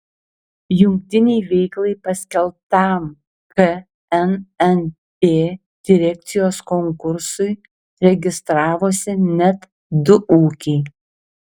jungtinei veiklai paskelbtam knnp direkcijos konkursui registravosi net du ūkiai